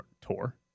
tour